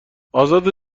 ازاده